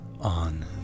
on